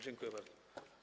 Dziękuję bardzo.